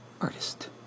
artist